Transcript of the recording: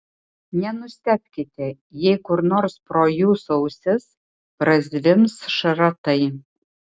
nenustebkite jei kur nors pro jūsų ausis prazvimbs šratai